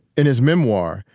in his memoir,